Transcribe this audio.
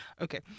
Okay